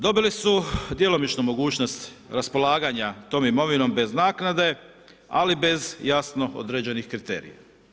Dobili su djelomično mogućnost raspolaganja tom imovinom bez naknade, ali bez jasno određenih kriterija.